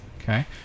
okay